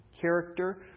character